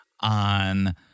on